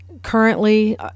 currently